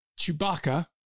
Chewbacca